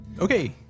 Okay